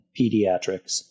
pediatrics